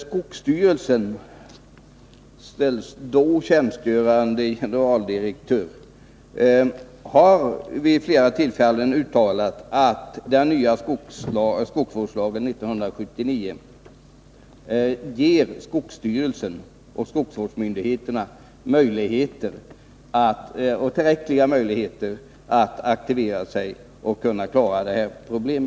Skogsstyrelsens tidigare generaldirektör har vid flera tillfällen uttalat att den nya skogsvårdslagen 1979 ger skogsstyrelsen och skogsvårdsmyndigheterna tillräckliga möjligheter att aktivera sig för att klara detta problem.